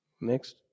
Next